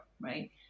right